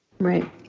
Right